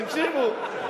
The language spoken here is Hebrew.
תקשיבו,